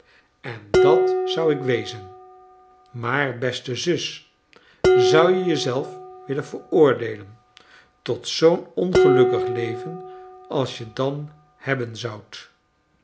en dat zou ik wezen maar beste zus zou je je zelf willen veroordeelen tot zoo'n ongelukkig leven als je dan hebben zoudt